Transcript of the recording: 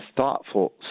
thoughtful